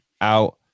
out